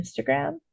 Instagram